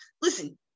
listen